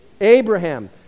Abraham